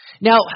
Now